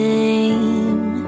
name